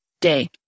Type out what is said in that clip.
day